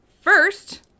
First